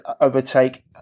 overtake